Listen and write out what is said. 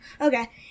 Okay